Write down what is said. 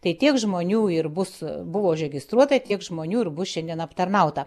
tai tiek žmonių ir bus buvo užregistruota tiek žmonių ir bus šiandien aptarnauta